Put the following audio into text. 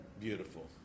Beautiful